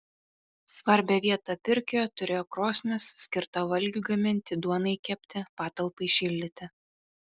svarbią vietą pirkioje turėjo krosnis skirta valgiui gaminti duonai kepti patalpai šildyti